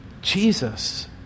Jesus